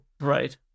right